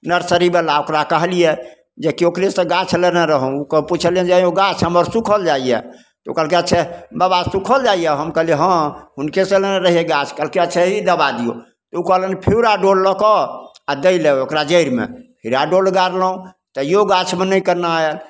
नर्सरीवला ओकरा कहलिए जे कि ओकरेसँ गाछ लेने रहौँ ओकरा पुछलिअनि जे अँए यौ गाछ हमर सुखल जाइए ओ कहलकै अच्छा बाबा सुखल जाइए हम कहलिए हँ हुनकेसे लेने रहिए गाछ कहलकै अच्छा ई दवा दिऔ ओ कहलनि फ्यूराडोल लऽ कऽ आओर दैले ओकरा जड़िमे फ्यूराडोल गाड़लहुँ तैओ गाछमे नहि कन्ना आएल